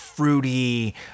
Fruity